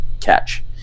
catch